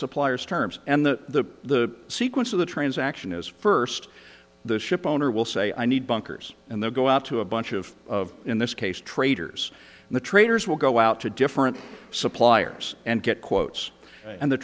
suppliers terms and the sequence of the transaction is first the ship owner will say i need bunkers and they go out to a bunch of of in this case traders and the traders will go out to different suppliers and get quotes and the